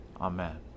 Amen